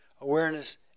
Awareness